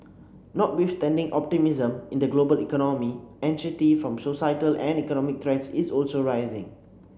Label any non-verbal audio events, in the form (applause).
notwithstanding optimism in the global economy (unintelligible) from societal and economic threats is also rising